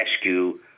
rescue